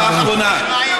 נגמרו העשר דקות, אדוני השר.